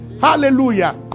Hallelujah